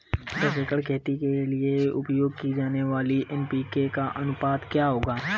दस एकड़ खेती के लिए उपयोग की जाने वाली एन.पी.के का अनुपात क्या होगा?